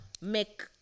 make